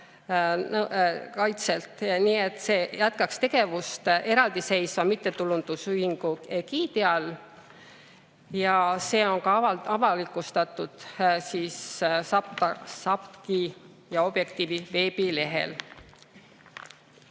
Kaitseks, nii et see jätkaks tegevust eraldiseisva mittetulundusühingu egiidi all. Ja see on ka avalikustatud SAPTK‑i ja Objektiivi veebilehel.